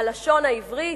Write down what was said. הלשון העברית,